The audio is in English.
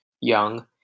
young